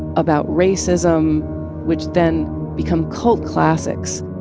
about racism which then become cult classics